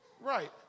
Right